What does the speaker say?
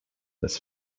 this